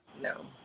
No